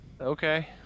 Okay